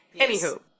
Anywho